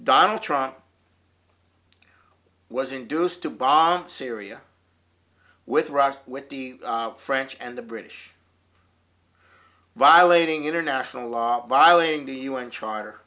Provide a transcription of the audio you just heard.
donald trump was induced to bomb syria with russia with the french and the british violating international law violating the u n charter